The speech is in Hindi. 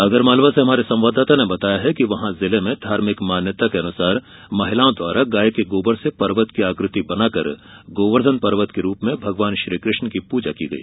आगरमालवा से हमारे संवाददाता ने बताया है कि वहां जिले में धार्भिक मान्यता के अनुसार महिलाओं द्वारा गाय के गोबर से पर्वत की आकृति बनाकर गोवर्धन पर्वत के रूप में भगवान श्रीकृष्ण की पूजा की गई